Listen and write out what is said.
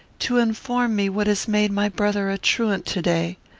to inform me what has made my brother a truant to-day.